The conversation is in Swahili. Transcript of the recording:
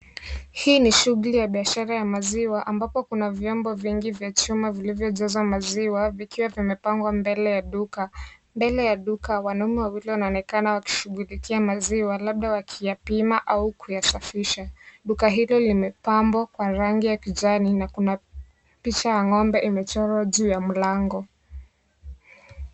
Hii ni shughuli ya biashara ya maziwa ambapo kuna vyombo vingi vya chuma vilivyojazwa maziwa vikiwa vimepangwa mbele ya duka mbele ya duka wanaume wawili wanaonekana wakishughulikia maziwa labda wakiyapima au kusafisha , duka hilo limepambwa kwa rangi ya kijani na kuna picha ya ngombe imechorwa juu ya mlango .